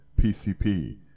PCP